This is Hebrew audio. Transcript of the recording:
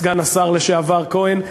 סגן השר לשעבר כהן,